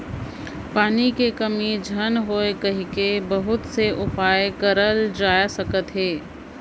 पानी के कमी झन होए कहिके बहुत से उपाय करल जाए सकत अहे